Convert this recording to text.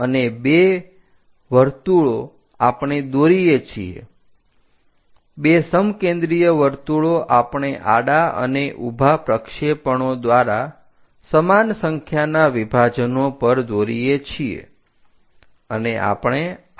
અને બે વરતુઓ આપણે દોરીએ છીએ બે સમ કેન્દ્રિય વર્તુળો આપણે આડા અને ઊભા પ્રક્ષેપણો દ્વારા સમાન સંખ્યાના વિભાજનો પર દોરીએ છીએ અને આપણે આ ઉપવલય રચીશું